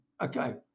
okay